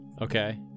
okay